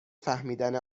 فهمیدن